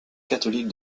catholique